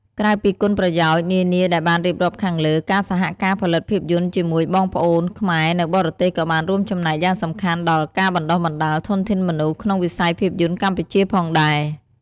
ក្រៅពីគុណប្រយោជន៍នានាដែលបានរៀបរាប់ខាងលើ ការសហការផលិតភាពយន្តជាមួយបងប្អូនខ្មែរនៅបរទេសក៏បានរួមចំណែកយ៉ាងសំខាន់ដល់ ការបណ្តុះបណ្តាលធនធានមនុស្ស ក្នុងវិស័យភាពយន្តកម្ពុជាផងដែរ។